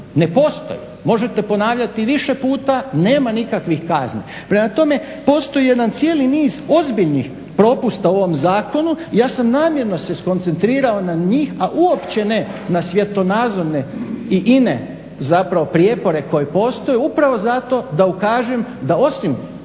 ne postoji, možete ponavljati više puta, nema nikakvih kazni. Prema tome, postoji jedan cijeli niz ozbiljnih propusta u ovom zakonu i ja sam namjerno se skoncentrirao na njih, a uopće ne na svjetonazorne i ine zapravo prijepore koji postoje upravo zato da ukažem da osim